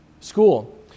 school